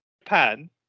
Japan